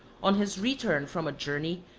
on his return from a journey,